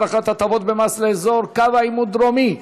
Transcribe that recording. הארכת ההטבות במס לאזור קו עימות דרומי),